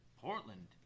portland